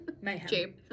mayhem